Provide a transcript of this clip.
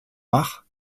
mach